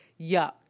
Yuck